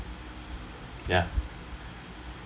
yeah